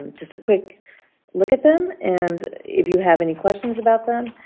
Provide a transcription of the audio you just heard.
just a quick look at them. and if you have any questions about them,